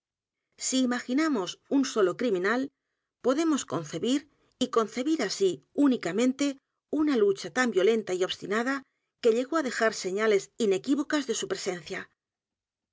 y cuentos un solo criminal podemos concebir y concebir así únicamente una lucha tan violenta y obstinada que llegó á dejar señales inequívocas de su presencia